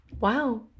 wow